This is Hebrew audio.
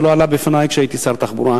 זה לא עלה בפני כשהייתי שר התחבורה.